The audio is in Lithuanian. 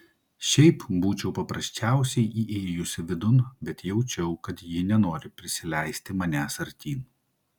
šiaip būčiau paprasčiausiai įėjusi vidun bet jaučiau kad ji nenori prisileisti manęs artyn